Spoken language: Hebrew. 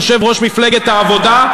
יושב-ראש מפלגת העבודה.